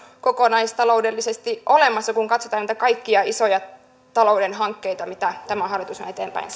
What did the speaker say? kokonaistaloudellisesti olemassa kun katsotaan näitä kaikkia isoja talouden hankkeita mitä tämä hallitus on eteenpäin